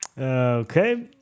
okay